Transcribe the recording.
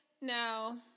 no